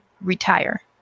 retire